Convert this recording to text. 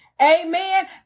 Amen